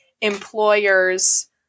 employer's